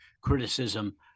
criticism